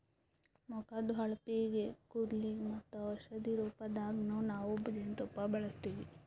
ಮುಖದ್ದ್ ಹೊಳಪಿಗ್, ಕೂದಲಿಗ್ ಮತ್ತ್ ಔಷಧಿ ರೂಪದಾಗನ್ನು ನಾವ್ ಜೇನ್ತುಪ್ಪ ಬಳಸ್ತೀವಿ